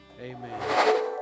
Amen